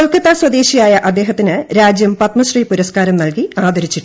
കൊൽക്കത്ത സ്വദേശിയായ അദ്ദേഹത്തിന് രാജ്യൂ പ്രത്മശ്രീ പുരസ്ക്കാരം നൽകി ആദരിച്ചിട്ടുണ്ട്